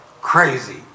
crazy